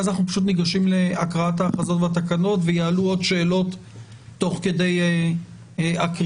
ואז ניגשים להקראת ההכרזות והתקנות ויעלו עוד שאלות תוך כדי הקריאה.